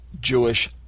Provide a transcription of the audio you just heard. Jewish